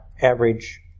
average